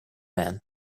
man